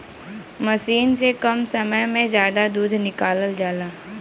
मसीन से कम समय में जादा दूध निकालल जाला